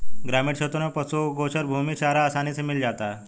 ग्रामीण क्षेत्रों में पशुओं को गोचर भूमि में चारा आसानी से मिल जाता है